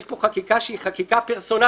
יש פה חקיקה שהיא חקיקה פרסונלית.